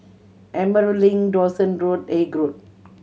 Emerald Link Dawson Road and Haig Road